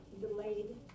delayed